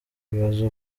bibaza